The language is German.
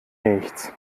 nichts